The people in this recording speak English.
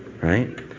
right